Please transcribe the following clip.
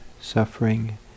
suffering